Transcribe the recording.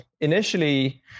initially